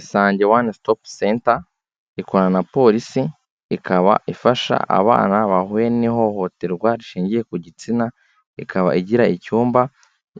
Isange one stop center ikorana na polisi, ikaba ifasha abana bahuye n'ihohoterwa rishingiye ku gitsina, ikaba igira icyumba